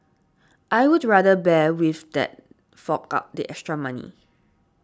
I would rather bear with that fork out the extra money